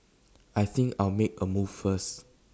I think I'll make A move first